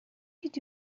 did